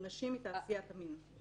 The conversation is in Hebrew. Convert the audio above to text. נשים מתעשיית המין.